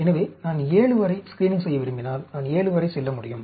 எனவே நான் 7 வரை ஸ்கிரீனிங் செய்ய விரும்பினால் நான் 7 வரை செல்ல முடியும்